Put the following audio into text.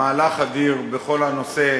מהלך אדיר בכל הנושא